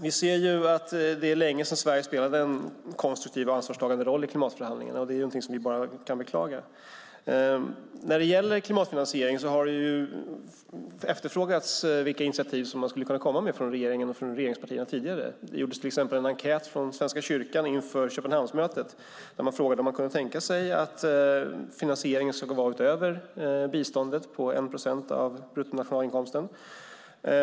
Det är länge sedan Sverige spelade en konstruktiv och ansvarstagande roll i klimatförhandlingarna. Det är någonting som vi bara kan beklaga. När det gäller klimatfinansiering har det efterfrågats vilka initiativ som man skulle kunna komma med från regeringen och från regeringspartierna. Det gjordes till exempel en enkät från Svenska kyrkan inför Köpenhamnsmötet där man frågade partierna om de kunde tänka sig att finansieringen skulle vara utöver biståndet på 1 procent av bruttonationalinkomsten.